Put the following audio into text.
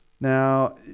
now